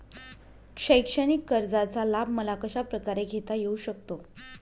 शैक्षणिक कर्जाचा लाभ मला कशाप्रकारे घेता येऊ शकतो?